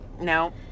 No